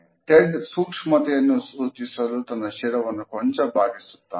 Ted ಸೂಕ್ಷ್ಮತೆಯನ್ನು ಸೂಚಿಸಲು ತನ್ನ ಶಿರವನ್ನು ಕೊಂಚ ಭಾಗಿಸುತ್ತಾನೆ